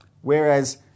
whereas